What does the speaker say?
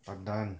pandan